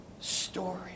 story